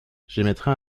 j’émettrais